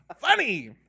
Funny